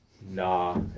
Nah